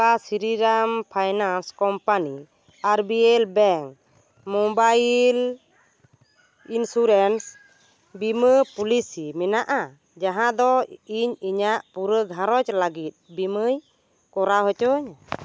ᱚᱠᱟ Sriram finance company ᱥᱮ RBL bank mobile insurance ᱵᱤᱢᱟᱹ ᱯᱚᱞᱤᱥᱤ ᱢᱮᱱᱟᱜᱼᱟ ᱡᱟᱦᱟᱸᱫᱚ ᱤᱧ ᱤᱧᱟᱜ ᱯᱩᱨᱟᱹ ᱜᱷᱟᱸᱨᱚᱡᱽ ᱞᱟᱹᱜᱤᱫ ᱵᱤᱢᱟᱹᱭ ᱠᱚᱨᱟᱣ ᱦᱚᱪᱚᱣᱟᱹᱧᱟᱹ